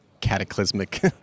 cataclysmic